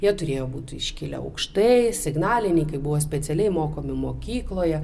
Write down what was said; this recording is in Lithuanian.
jie turėjo būti iškilę aukštai signalininkai buvo specialiai mokomi mokykloje